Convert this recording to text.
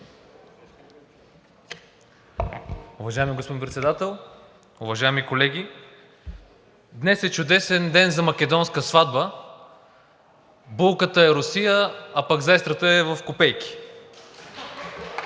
Уважаеми господин Председател, уважаеми колеги! Днес е чудесен ден за македонска сватба! Булката е Русия, а пък зестрата е в копейки.